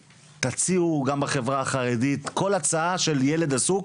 ברמה עירונית, ביחד עם מועצת הנוער.